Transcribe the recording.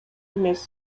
эмес